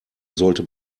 sollte